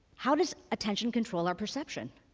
how does attention control our perception?